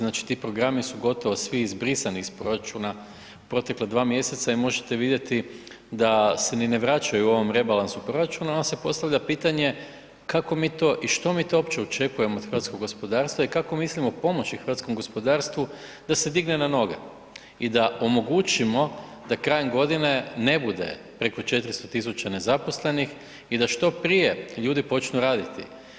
Znači ti programi su gotovo svi izbrisani iz proračuna protekla 2 mjeseca i možete vidjeti da se ni ne vraćaju u ovom rebalansu proračuna i onda se postavlja pitanje kako mi to i što mi to opće očekujemo od hrvatskog gospodarstva i kako mislimo pomoći hrvatskom gospodarstvu da se digne na noge i da omogućimo da krajem godine ne bude preko 400.000 nezaposlenih i da što prije ljudi počnu raditi.